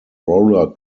roller